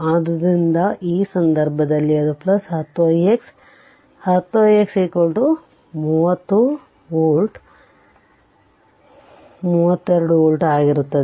ಆದ್ದರಿಂದ ಆ ಸಂದರ್ಭದಲ್ಲಿ ಅದು 10 ix 10 ix 30 ವೋಲ್ಟ್ 32 ವೋಲ್ಟ್ ಆಗಿರುತ್ತದೆ